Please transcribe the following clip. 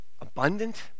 abundant